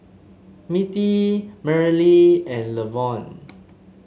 Mittie Merrily and Levon